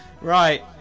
Right